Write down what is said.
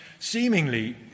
Seemingly